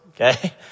Okay